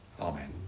Amen